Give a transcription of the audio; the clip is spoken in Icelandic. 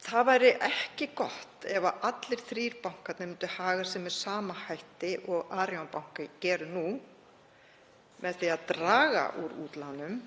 Það væri ekki gott ef allir þrír bankarnir myndu haga sér með sama hætti og Arion banki gerir nú með því að draga úr útlánum,